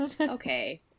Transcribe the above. okay